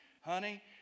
Honey